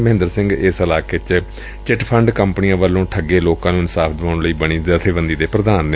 ਮਹਿੰਦਰ ਸਿੰਘ ਇਸ ਇਲਾਕੇ ਚ ਚਿੱਟਫੰਡ ਕੰਪਨੀਆਂ ਵੱਲੋ ਠੱਗੇ ਲੋਕਾਂ ਨੂੰ ਇਨਸਾਫ਼ ਦੁਆਉਣ ਲਈ ਬਣੀ ਜਥੇਬੰਦੀ ਦੇ ਪ੍ਰਧਾਨ ਨੇ